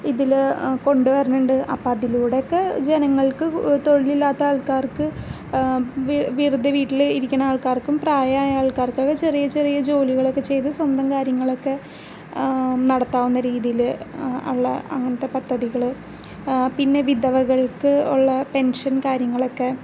ഇതില് കൊണ്ടുവരുന്നുണ്ട് അപ്പം അതിലൂടെ ഒക്കെ ജനങ്ങൾക്ക് തൊഴിലില്ലാത്ത ആൾക്കാർക്ക് വെ വെറുതെ വീട്ടില് ഇരിക്കുന്ന ആൾക്കാർക്കും പ്രായമായ ആൾക്കാർക്കൊക്കെ ചെറിയ ചെറിയ ജോലികളൊക്കെ ചെയ്ത് സ്വന്തം കാര്യങ്ങളൊക്കെ നടത്താവുന്ന രീതിയിൽ ഉള്ള അങ്ങനത്ത പദ്ധതികള് പിന്നെ വിധവകൾക്ക് ഉള്ള പെൻഷൻ കാര്യങ്ങളൊക്കെ